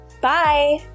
Bye